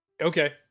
Okay